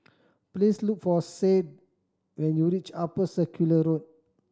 please look for Sadye when you reach Upper Circular Road